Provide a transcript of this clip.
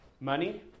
Money